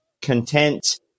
Content